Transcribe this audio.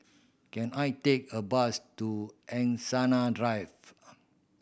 can I take a bus to Angsana Drive